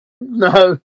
No